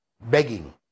begging